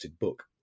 book